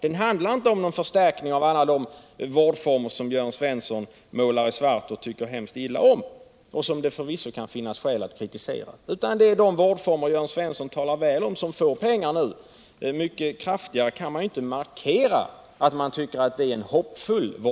Den handlar inte om förstärkning av alla de vårdformer som Jörn Svensson svartmålar och tycker illa om och som det förvisso kan finnas skäl att kritisera. Det är de vårdformer Jörn Svensson talar väl om som får pengar nu. Och mycket kraftigare än som regeringen gjort i propositionen kan man knappast markera att man tycker att de är hoppfulla.